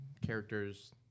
characters